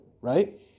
right